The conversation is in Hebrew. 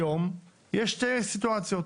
היום יש שתי סיטואציות,